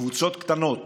קבוצות קטנות